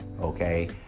Okay